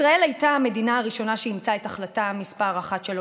ישראל הייתה המדינה הראשונה שאימצה את החלטה 1325,